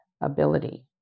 ability